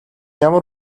ямар